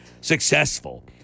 successful